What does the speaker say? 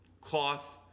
Cloth